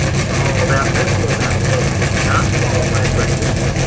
so that rental of that tank would not qualify for exemption.